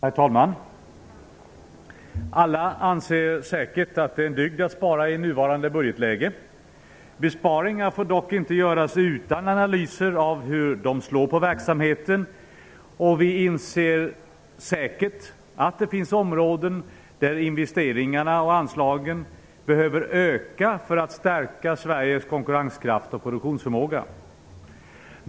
Herr talman! Alla anser säkert att det är en dygd att spara i nuvarande budgetläge. Besparingar får dock inte göras utan analyser av hur de slår på verksamheten, och vi inser säkert att det finns områden där investeringarna och anslagen behöver öka för att Sveriges konkurrenskraft och produktionsförmåga skall stärkas.